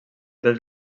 dels